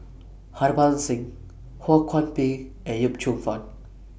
Harbans Singh Ho Kwon Ping and Yip Cheong Fun